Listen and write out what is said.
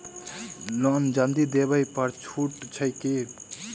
Loan जल्दी देबै पर छुटो छैक की?